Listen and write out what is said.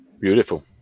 Beautiful